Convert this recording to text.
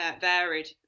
varied